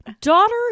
daughter